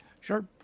Sure